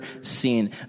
seen